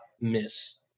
miss